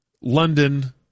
London